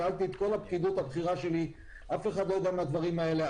שאלתי את כל הפקידות הבכירה שלי ואף אחד לא יודע מהדברים האלה.